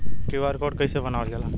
QR code कइसे बनवाल जाला?